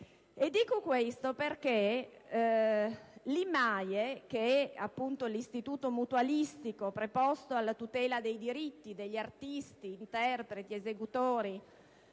Dico questo perché l'IMAIE, che è appunto l'istituto mutualistico preposto alla tutela dei diritti degli artisti, interpreti, esecutori